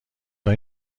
های